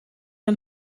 een